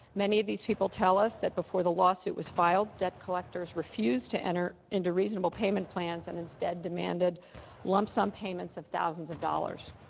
many of these people tell us that before the lawsuit was filed, debt collectors refused to enter into reasonable payment plans and instead demands lump-sum payments of thousands of dollars.